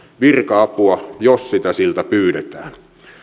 virka apua jos sitä siltä pyydetään